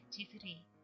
activity